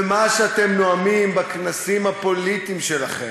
ולמה שאתם נואמים בכנסים הפוליטיים שלכם,